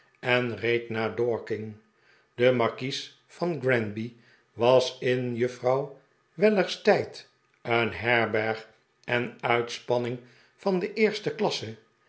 en reed naar dorking de markies van granby was in juffrouw weller's tijd een herberg en uitspanning van de eerste klasse